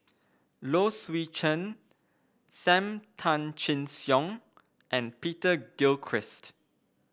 Low Swee Chen Sam Tan Chin Siong and Peter Gilchrist